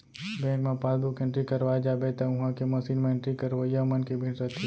bank मे passbook entry करवाए जाबे त उहॉं के मसीन म एंट्री करवइया मन के भीड़ रथे